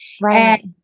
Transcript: Right